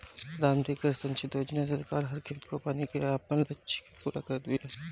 प्रधानमंत्री कृषि संचित योजना से सरकार हर खेत को पानी के आपन लक्ष्य के पूरा करत बिया